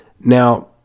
Now